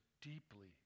deeply